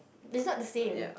is not the same